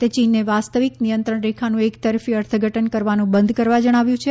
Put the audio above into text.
ભારતે ચીનને વાસ્તવિક નિયંત્રણ રેખાનું એકતરફી અર્થઘટન કરવાનું બંધ કરવા જણાવ્યું છે